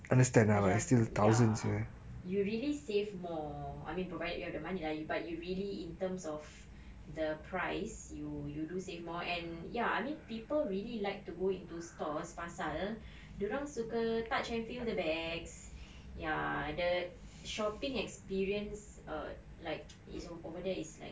macam ya you really save more I mean provided you have the money lah but you really in terms of the price you you do save more and ya I mean people really like to go into stores pasal dia orang suka touch and feel the bags ya the shopping experience err like it's over there it's like